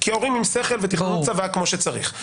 כי ההורים עם שכל ותכננו צוואה כמו שצריך.